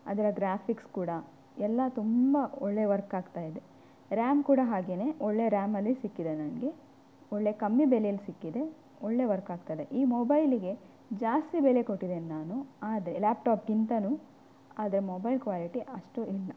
ಅದರ ಗ್ರಾಫಿಕ್ಸ್ ಕೂಡ ಎಲ್ಲಾ ತುಂಬ ಒಳ್ಳೆ ವರ್ಕ್ ಆಗ್ತಾ ಇದೆ ರ್ಯಾಮ್ ಕೂಡ ಹಾಗೇನೆ ಒಳ್ಳೆ ರ್ಯಾಮಲ್ಲಿ ಸಿಕ್ಕಿದೆ ನನಗೆ ಒಳ್ಳೆಯ ಕಮ್ಮಿ ಬೆಲೆಯಲ್ಲಿ ಸಿಕ್ಕಿದೆ ಒಳ್ಳೆ ವರ್ಕ್ ಆಗ್ತದೆ ಈ ಮೊಬೈಲಿಗೆ ಜಾಸ್ತಿ ಬೆಲೆ ಕೊಟ್ಟಿದ್ದೇನೆ ನಾನು ಆದರೆ ಲ್ಯಾಪ್ಟಾಪ್ಗಿಂತನೂ ಆದರೆ ಮೊಬೈಲ್ ಕ್ವಾಲಿಟಿ ಅಷ್ಟು ಇಲ್ಲ